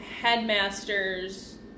headmasters